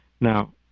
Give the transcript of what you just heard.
Now